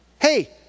Hey